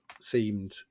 seemed